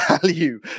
value